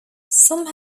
some